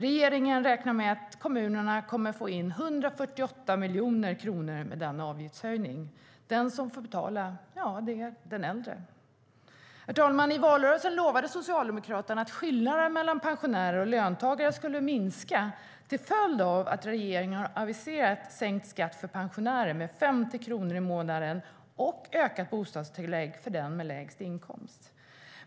Regeringen räknar med att kommunerna kommer att få in 148 miljoner kronor med denna avgiftshöjning. Den som får betala är den äldre. Herr talman! I valrörelsen lovade Socialdemokraterna att skillnaden mellan pensionärer och löntagare skulle minska. Till följd av det har regeringen aviserat sänkt skatt för pensionärer med 50 kronor i månaden och ökat bostadstillägg för dem med lägst inkomst.